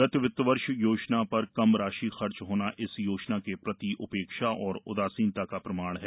गत वित्त वर्ष योजना पर कम राशि खर्च होना इस योजना के प्रति उपेक्षा और उदासीनता का प्रमाण है